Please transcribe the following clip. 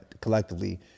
collectively